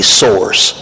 source